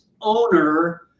owner